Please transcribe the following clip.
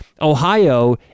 Ohio